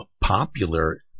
popular